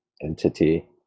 entity